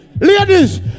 Ladies